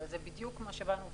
הרי זה בדיוק מה שבאנו ואמרנו.